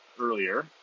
earlier